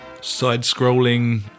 side-scrolling